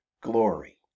glory